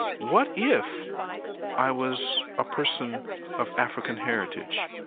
what if i was a person of african heritage?